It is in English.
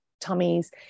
Tummies